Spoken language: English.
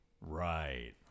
Right